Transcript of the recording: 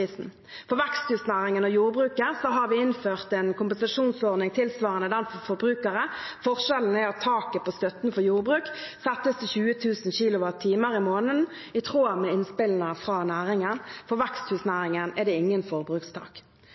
For veksthusnæringen og jordbruket har vi innført en kompensasjonsordning tilsvarende den for forbrukere. Forskjellen er at taket på støtten for jordbruk settes ved 20 000 kilowattimer i måneden, i tråd med innspillene fra næringen. For veksthusnæringen er det ingen forbrukstak.